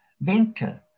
winter